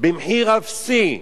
במחיר אפסי.